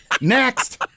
next